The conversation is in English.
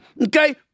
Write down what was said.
Okay